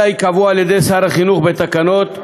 אלא ייקבעו על-ידי שר החינוך בתקנות,